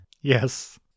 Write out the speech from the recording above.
Yes